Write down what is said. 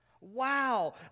Wow